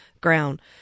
ground